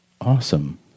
Awesome